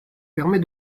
permet